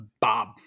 Bob